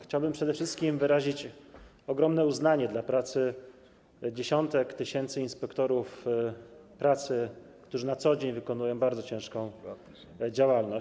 Chciałbym przede wszystkim wyrazić ogromne uznanie dla pracy dziesiątek tysięcy inspektorów pracy, którzy na co dzień wykonują bardzo ciężką działalność.